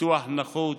(ביטוח נכות)